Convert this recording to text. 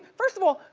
first of all,